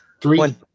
Three